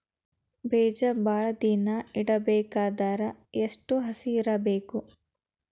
ಬೇಜ ಭಾಳ ದಿನ ಇಡಬೇಕಾದರ ಎಷ್ಟು ಹಸಿ ಇರಬೇಕು?